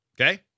Okay